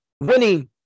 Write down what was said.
winning